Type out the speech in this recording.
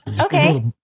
Okay